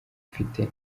mfite